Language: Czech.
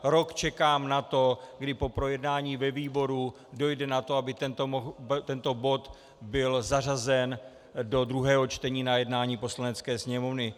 Rok čekám na to, kdy po projednání ve výboru dojde na to, aby tento bod byl zařazen do druhého čtení na jednání Poslanecké sněmovny.